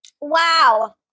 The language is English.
Wow